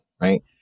right